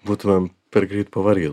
būtumėm per greit pavargę